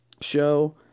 show